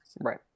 Right